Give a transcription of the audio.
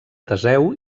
teseu